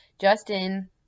Justin